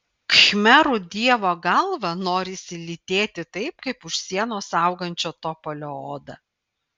khmerų dievo galvą norisi lytėti taip kaip už sienos augančio topolio odą